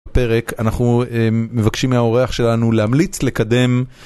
פרק, אנחנו מבקשים מהאורח שלנו להמליץ לקדם.